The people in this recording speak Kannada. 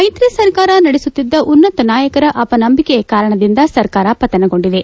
ಮೈತ್ರಿ ಸರ್ಕಾರ ನಡೆಸುತ್ತಿದ್ದ ಉನ್ನತ ನಾಯಕರ ಅಪನಂಬಿಕೆಯ ಕಾರಣದಿಂದ ಸರ್ಕಾರ ಪತನಗೊಂಡಿದೆ